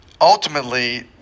ultimately